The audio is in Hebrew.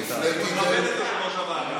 לכבד את יושב-ראש הוועדה.